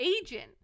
agent